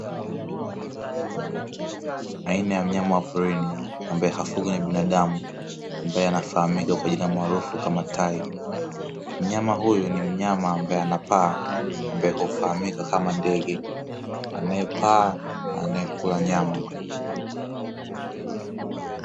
Aina ya mnyama wa porini ambaye hafugwi na binadamu ambaye anafahamika kwa jina maarufu kama Tai, mnyama huyo ni mnyama ambaye anapaa ambaye hufahamika kama ndege anayepaa na anayekula nyama.